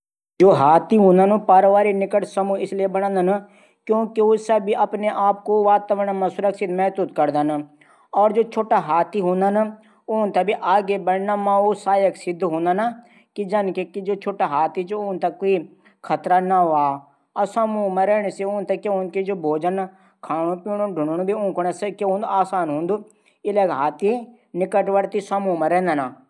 हाथी पारिवारिक निकट समूह इसलिये बणादन की किलेकि ऊ पर्यावरण मा सुरक्षित महसुस करदन। और जू छुटा हाथी हूदन। ऊथै भी ऊ अगने बढण म सहायक सिद्ध हूदन। कि जनखै जू छुटा हाथी थै क्वी खतरा नी ह्वा। समूह मा रैण से उथैं खाणू पीणू ढुढणू भी समस्या नि हुंदू। इले उ निकटवर्ती समूह मा रैदन।